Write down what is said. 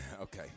okay